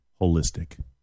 Holistic